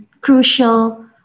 crucial